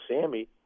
Sammy